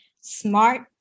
smart